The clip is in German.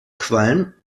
qualm